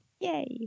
Yay